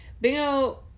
Bingo